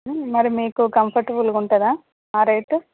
మరి మీకు కంఫర్టబుల్గా ఉంటుందా ఆ రేటు